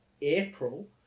April